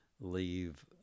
leave